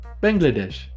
bangladesh